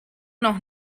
noch